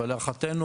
אבל להערכתנו,